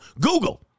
Google